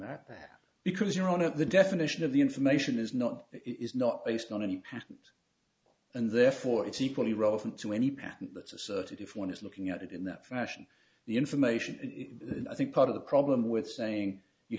happen because you're out of the definition of the information is not is not based on any patent and therefore it's equally relevant to any patent that's asserted if one is looking at it in that fashion the information and i think part of the problem with saying you